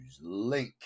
Link